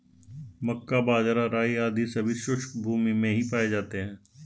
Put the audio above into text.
मक्का, बाजरा, राई आदि सभी शुष्क भूमी में ही पाए जाते हैं